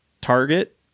target